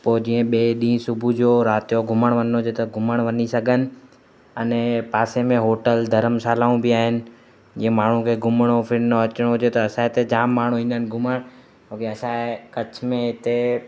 पोइ जीअं ॿिए ॾींहुं सुबुह जो राति जो घुमणु वञिणो हुजे त घुमणु वञी सघनि अने पासे में होटल धरमशालाऊं बि आहिनि जीअं माण्हू खे घुमिणो फिरिणो अचिणो हुजे त असांजे हिते जाम माण्हू ईंदा आहिनि घुमणु छोकी असांजे कच्छ में हिते